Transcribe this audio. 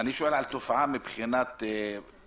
אני שואל על תופעה שהולכת